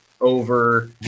over